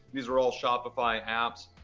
these are all shopify apps.